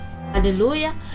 hallelujah